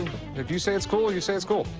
but if you say it's cool, you say it's cool.